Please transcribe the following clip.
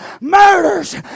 murders